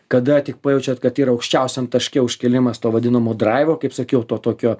kada tik pajaučiat kad yra aukščiausiam taške užkilimas to vadinamo draivo kaip sakiau to tokio